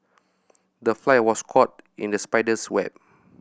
the fly was caught in the spider's web